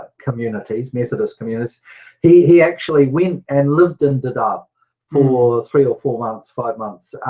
communities methodist communities he he actually went and lived in dadaab for three or four months five months.